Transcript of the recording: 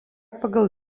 pagal